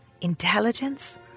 intelligence